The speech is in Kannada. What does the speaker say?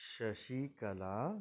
ಶಶಿಕಲಾ